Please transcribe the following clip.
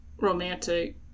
romantic